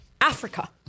Africa